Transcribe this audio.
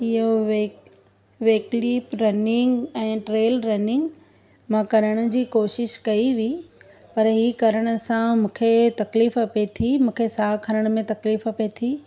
इहो वेक weekly running ऐं ट्रेल रनिंग मां करण जी कोशिशि कई हुई पर हीउ करण सां मूंखे तकलीफ़ पिए थी मूंखे साहु खणण में तकलीफ़ पिए थी